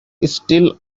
still